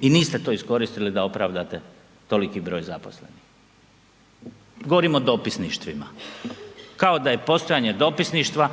I niste to iskoristili da opravdate toliki broj zaposlenih. Govorim o dopisništvima, kao da je postojanje dopisništva